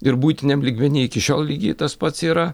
ir buitiniam lygmeny iki šiol lygiai tas pats yra